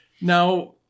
Now